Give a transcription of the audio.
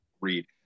read